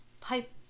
pipe